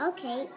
Okay